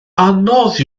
anodd